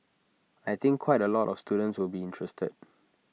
I think quite A lot of students will be interested